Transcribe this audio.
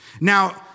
Now